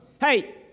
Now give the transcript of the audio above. Hey